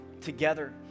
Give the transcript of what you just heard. together